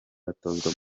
batozwa